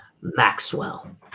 Maxwell